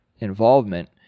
involvement